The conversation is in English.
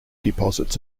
deposits